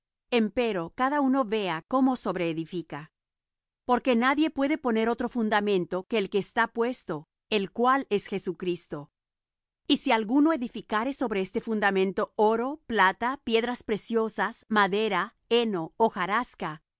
encima empero cada uno vea cómo sobreedifica porque nadie puede poner otro fundamento que el que está puesto el cual es jesucristo y si alguno edificare sobre este fundamento oro plata piedras preciosas madera heno hojarasca